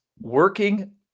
working